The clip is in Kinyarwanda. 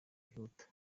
wihuta